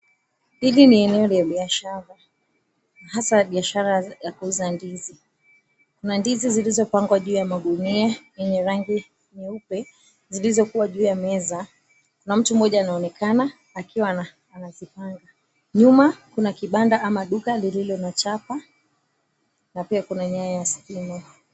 Hili ni eneo la biashara hasa biashara za kuuza ndizi. Kuna ndizi zilizopangwa juu ya magunia yenye rangi nyeupe zilizokua juu ya meza na mtu mmoja anaonekana akiwa anazipanga. Nyuma kuna kibanda ama duka lililo na chapa na pia kuna nyaya ya stima.